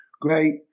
great